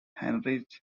heinrich